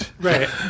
Right